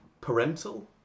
parental